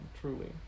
truly